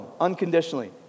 unconditionally